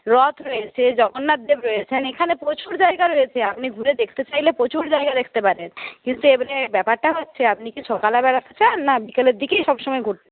রথ রয়েছে জগন্নাথদেব রয়েছেন এখানে প্রচুর জায়গা রয়েছে আপনি ঘুরে দেখতে চাইলে প্রচুর জায়গা দেখতে পারেন কিন্তু এবারে ব্যাপারটা হচ্ছে আপনি কি সকালে বেড়াতে চান না বিকালের দিকেই সবসময় ঘুরতে চান